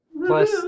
Plus